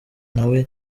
ntawe